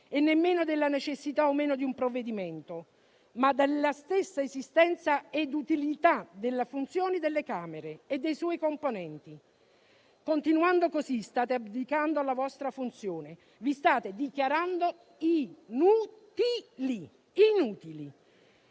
e nemmeno della necessità o meno di un provvedimento, ma della stessa esistenza e utilità della funzione delle Camere e dei loro componenti. Continuando in questo modo state abdicando alla vostra funzione; vi state dichiarando inutili,